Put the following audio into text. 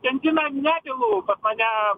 benzino nepilu pas mane